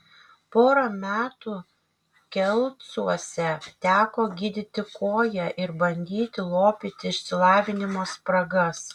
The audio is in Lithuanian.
porą metų kelcuose teko gydyti koją ir bandyti lopyti išsilavinimo spragas